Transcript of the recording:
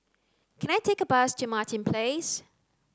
can I take a bus to Martin Place